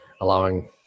allowing